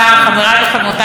הינה,